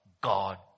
God